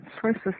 sources